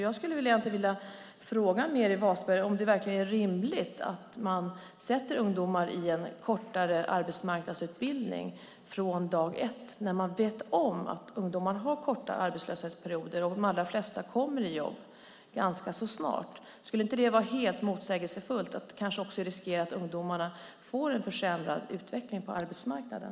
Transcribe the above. Jag skulle egentligen vilja fråga Meeri Wasberg om det verkligen är rimligt att man sätter ungdomar i en kortare arbetsmarknadsutbildning från dag ett när man vet om att ungdomar har korta arbetslöshetsperioder och att de allra flesta kommer i jobb ganska så snart. Skulle det inte vara helt motsägelsefullt att kanske riskera att ungdomarna får en försämrad utveckling på arbetsmarknaden?